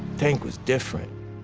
tank was different.